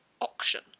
auction